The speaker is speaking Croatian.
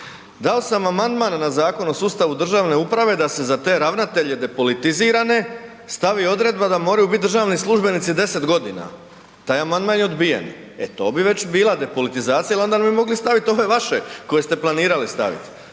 Dao sam amandman na Zakon o sustavu državne uprave da se za te ravnatelje depolitizirane stavi odredba da moraju biti državni službenici 10 godina, taj amandman je odbijen. E to bi već bila depolitizacija jel onda bi mogli stavit ove vaše koje ste planirali stavit.